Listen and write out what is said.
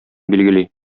билгели